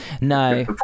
no